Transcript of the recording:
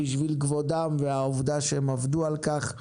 בשביל כבודם והעובדה שהם עבדו על כך.